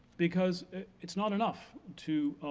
because it's not enough to